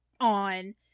on